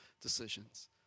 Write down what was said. decisions